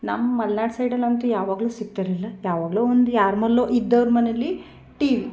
ನಮ್ಮ ಮಲೆನಾಡ್ ಸೈಡಲ್ಲಿ ಅಂತೂ ಯಾವಾಗಲೂ ಸಿಗ್ತಿರಲಿಲ್ಲ ಯಾವಾಗಲೋ ಒಂದು ಯಾರ ಮನೆಯಲೋ ಇದ್ದೋರ ಮನೇಲಿ ಟಿವಿ